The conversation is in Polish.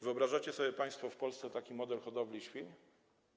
Wyobrażacie sobie państwo w Polsce taki model hodowli świń?